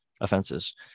offenses